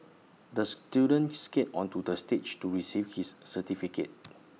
the student skated onto the stage to receive his certificate